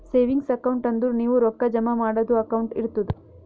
savings account ಅಂದುರ್ ನೀವು ರೊಕ್ಕಾ ಜಮಾ ಮಾಡದು ಅಕೌಂಟ್ ಇರ್ತುದ್